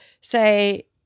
say